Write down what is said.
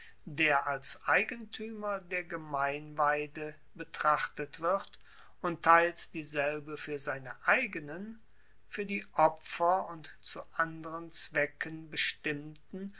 der als eigentuemer der gemeinweide betrachtet wird und teils dieselbe fuer seine eigenen fuer die opfer und zu anderen zwecken bestimmten